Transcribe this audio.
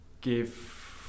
give